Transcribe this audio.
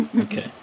okay